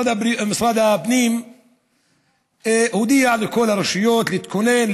משרד הפנים הודיע לכל הרשויות להתכונן,